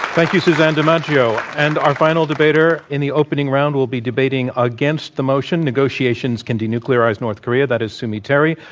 thank you, suzanne dimaggio. and our final debater in the opening round will be debating against the motion negotiations can denuclearize north korea. that is sue mi terry,